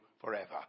forever